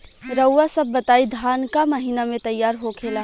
रउआ सभ बताई धान क महीना में तैयार होखेला?